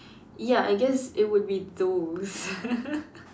ya I guess it would be those